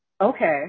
Okay